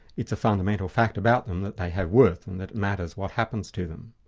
it's a fundamental fact about them, that they have worth, and that it matters what happens to them.